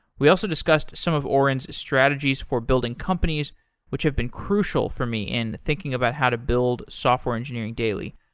we also discussed some of auren's strategies for building companies which have been crucial for me in thinking about how to build software engineering daily.